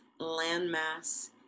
landmass